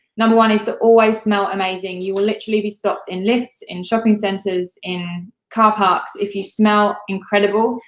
number one is to always smell amazing. you will literally be stopped in lifts, in shopping centers, in car parks if you smell incredible.